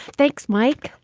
thanks, mike.